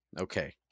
Okay